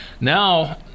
now